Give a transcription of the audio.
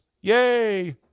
Yay